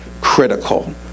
critical